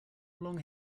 long